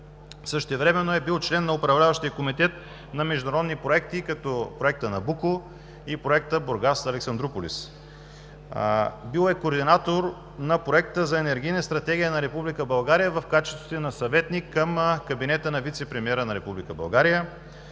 Същевременно е бил член на Управляващия комитет на международни проекти, като Проекта „Набуко“ и Проекта „Бургас – Александруполис“. Бил е координатор на Проекта за енергийна стратегия на Република България в качеството си на съветник към кабинета на вицепремиера на